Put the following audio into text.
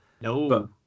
No